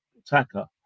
attacker